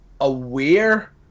aware